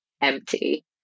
empty